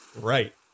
right